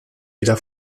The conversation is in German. wieder